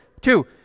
Two